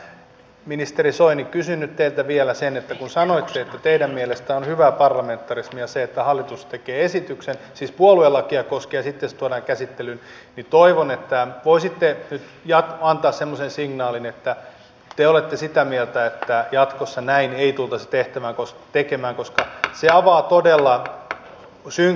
mutta ministeri soini kysyn nyt teiltä vielä sen että kun sanoitte että teidän mielestänne on hyvää parlamentarismia se että hallitus tekee esityksen siis puoluelakia koskevan ja sitten se tuodaan käsittelyyn niin toivon että voisitte nyt antaa semmoisen signaalin että te olette sitä mieltä että jatkossa näin ei tultaisi tekemään koska se avaa todella synkeän näkymän